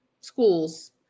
schools